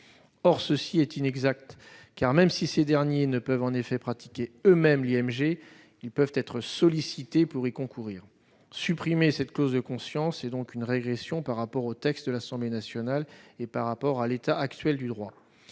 Or cela est inexact car, même si ces derniers ne peuvent en effet pratiquer eux-mêmes l'IMG, ils peuvent être sollicités pour y concourir. Supprimer cette clause de conscience est donc une régression par rapport au texte de l'Assemblée nationale et par rapport à l'état actuel du droit.